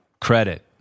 credit